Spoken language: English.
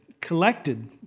collected